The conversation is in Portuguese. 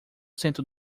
cento